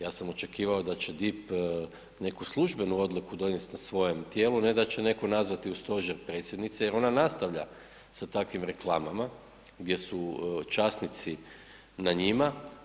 Ja sam očekivao da će DIP neku službenu odluku donest na svojem tijelu, a ne da će neko nazvati u stožer predsjednice jer ona nastavlja sa takvim reklamama gdje su časnici na njima.